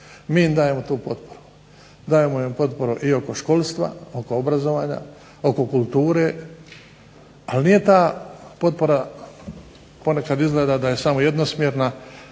Mi im dajemo tu potporu. Dajemo im potporu i oko školstva, oko obrazovanja, oko kulture, ali nije ta potpora, ponekad izgleda da je samo jednosmjerna,